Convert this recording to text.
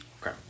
Okay